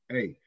Hey